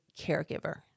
caregiver